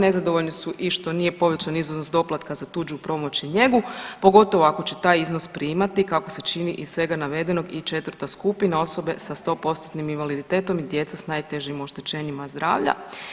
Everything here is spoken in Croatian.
Nezadovoljni su i što nije povećan iznos doplatka za tuđu pomoć i njegu, pogotovo ako će taj iznos primati, kako se čini iz svega navedenog i 4. skupina, osobe sa 100%-tnim invaliditetom i djeca s najtežim oštećenjima zdravlja.